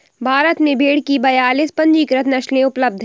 भारत में भेड़ की बयालीस पंजीकृत नस्लें उपलब्ध हैं